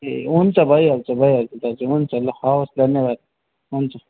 ए हुन्छ भइहाल्छ भइहाल्छ दाजु हुन्छ ल हवस् धन्यवाद हुन्छ